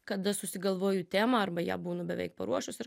kada susigalvoju temą arba ją būnu beveik paruošus ar